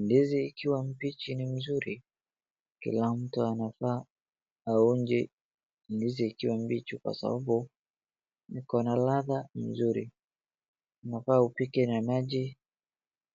Ndizi ikiwa mbichi ni mzuri kila mtu anafaa aonje ndizi ikiwa mbichi kwa sababu iko na ladha nzuri. Unafaa upike na maji,